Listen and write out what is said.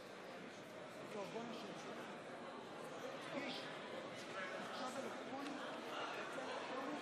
52, נגד, 57. לפיכך הצעת האי- אמון